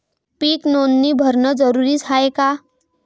पीक नोंदनी भरनं जरूरी हाये का?